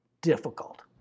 difficult